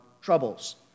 troubles